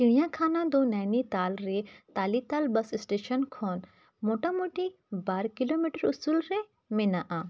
ᱪᱤᱲᱤᱭᱟᱠᱷᱟᱱᱟ ᱫᱚ ᱱᱚᱭᱱᱤᱛᱟᱞ ᱨᱮ ᱛᱟᱞᱤᱛᱟᱞ ᱠᱷᱚᱱ ᱢᱳᱴᱟᱢᱩᱴᱤ ᱵᱟᱨ ᱩᱥᱩᱞ ᱨᱮ ᱢᱮᱱᱟᱜᱼᱟ